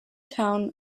town